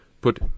put